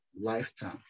lifetime